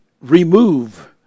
remove